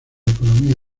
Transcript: economía